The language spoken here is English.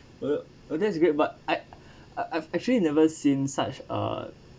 o~ oh that's great but I I've actually never seen such a